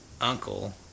uncle